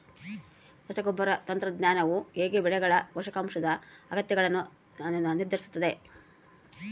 ರಸಗೊಬ್ಬರ ತಂತ್ರಜ್ಞಾನವು ಹೇಗೆ ಬೆಳೆಗಳ ಪೋಷಕಾಂಶದ ಅಗತ್ಯಗಳನ್ನು ನಿರ್ಧರಿಸುತ್ತದೆ?